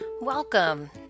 Welcome